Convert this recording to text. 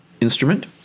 instrument